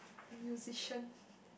musician